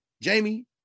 Jamie